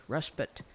Respite